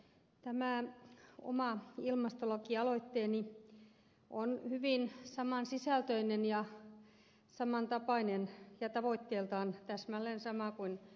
tämä oma ilmastolakialoitteeni on hyvin samansisältöinen ja samantapainen ja tavoitteeltaan täsmälleen sama kuin ed